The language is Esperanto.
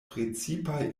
precipaj